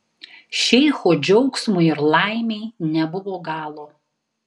šeicho džiaugsmui ir laimei nebuvo galo